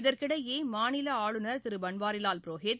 இதற்கிடையே மாநில ஆளுநர் திரு பன்வாரிலால் புரோஹித்